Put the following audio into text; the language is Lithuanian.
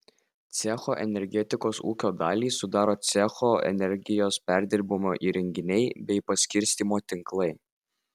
cecho energetikos ūkio dalį sudaro cecho energijos perdirbimo įrenginiai bei paskirstymo tinklai